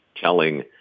telling